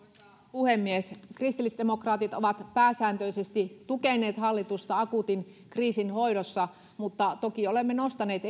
puhemies kristillisdemokraatit ovat pääsääntöisesti tukeneet hallitusta akuutin kriisin hoidossa mutta toki olemme nostaneet